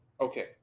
Okay